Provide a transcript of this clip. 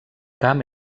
camp